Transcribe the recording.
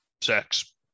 sex